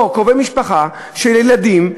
או קרובי משפחה של ילדים,